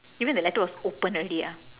you mean the letter was open already ah